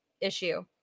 issue